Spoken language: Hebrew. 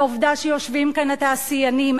והעובדה שיושבים כאן התעשיינים,